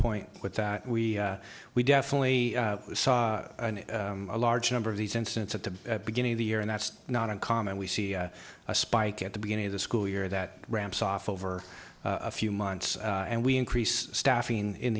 point with that we we definitely saw a large number of these incidents at the beginning of the year and that's not uncommon we see a spike at the beginning of the school year that ramps off over a few months and we increase staffing in